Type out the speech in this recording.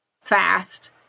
fast